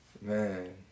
Man